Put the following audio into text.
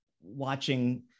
watching